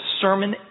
sermon